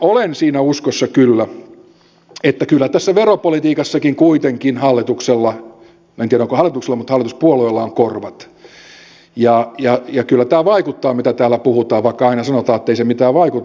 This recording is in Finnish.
olen siinä uskossa kyllä että kyllä tässä veropolitiikassakin kuitenkin hallituksella en tiedä onko hallituksella mutta hallituspuolueilla on korvat ja kyllä tämä vaikuttaa mitä täällä puhutaan vaikka aina sanotaan ettei se mitään vaikuta